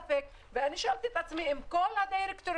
אני שואלת את עצמי אם כל הדירקטוריונים